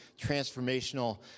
transformational